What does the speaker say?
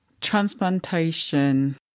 transplantation